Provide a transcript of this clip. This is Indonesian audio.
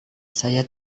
saya